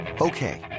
Okay